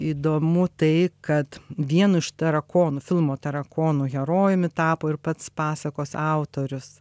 įdomu tai kad vienu iš tarakonų filmo tarakonų herojumi tapo ir pats pasakos autorius